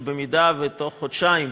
שאם בתוך חודשיים